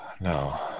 no